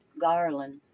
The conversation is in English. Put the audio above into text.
Garland